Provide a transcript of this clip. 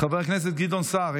חבר הכנסת גדעון סער,